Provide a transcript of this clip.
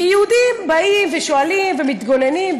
כי יהודים באים ושואלים ומתגוננים,